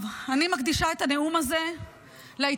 אני מקדישה את הנאום הזה לעיתונאית,